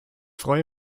freue